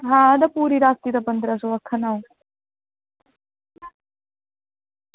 आं ते पूरी रातीं दा पंदरां सौ आक्खा ना